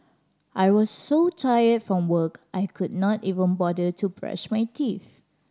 I was so tired from work I could not even bother to brush my teeth